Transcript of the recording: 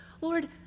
Lord